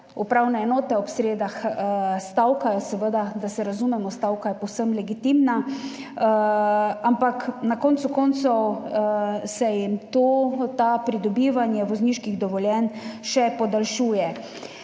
Upravne enote ob sredah stavkajo, seveda, da se razumemo, stavka je povsem legitimna, ampak na koncu koncev se jim to pridobivanje vozniških dovoljenj še podaljšuje.